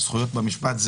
זכויות במשפט.